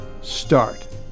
start